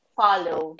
follow